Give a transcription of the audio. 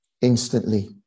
instantly